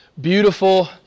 Beautiful